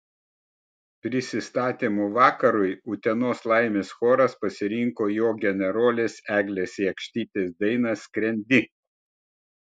prisistatymo vakarui utenos laimės choras pasirinko jo generolės eglės jakštytės dainą skrendi